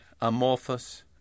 amorphous